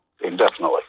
indefinitely